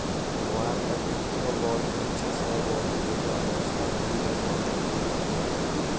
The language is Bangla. ওয়ার বা যুদ্ধ বল্ড হছে সে বল্ড যেট দ্যাশ আর মিলিটারির মধ্যে হ্যয়ে থ্যাকে